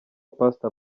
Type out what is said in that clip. pastor